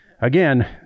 again